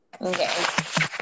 Okay